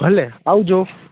ભલે આવજો